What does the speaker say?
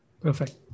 Perfect